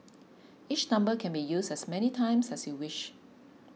each number can be used as many times as you wish